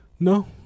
No